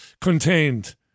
contained